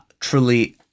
truly